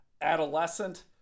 adolescent